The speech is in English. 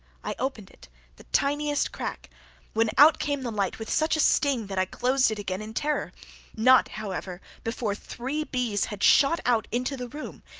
i opened it the tiniest crack when out came the light with such a sting that i closed it again in terror not, however, before three bees had shot out into the room,